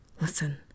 listen